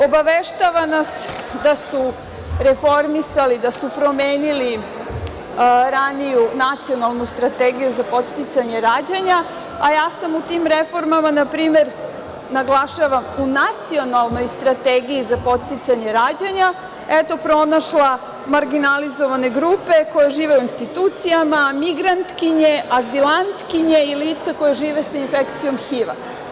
Obaveštava nas da su reformisali, da su promenili raniju nacionalnu strategiju za podsticanje rađanja, a ja sam u tim reformama na primer, naglašavam, u nacionalnoj strategiji za podsticanje rađanja, eto pronašla marginalizovane grupe koje žive u institucijama, migrantkinje, azilantkinje i lica koja žive sa infekcijom HIV-a.